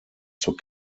zur